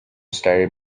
started